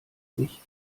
sich